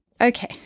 Okay